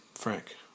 Frank